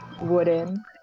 wooden